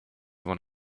one